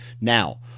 Now